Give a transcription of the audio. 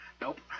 Nope